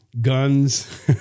guns